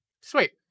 sweet